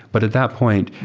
but at that point,